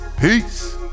peace